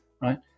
right